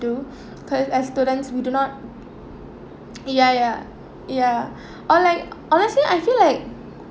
do cause as student we do not ya ya ya or like honestly I feel like